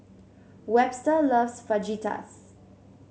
Webster loves Fajitas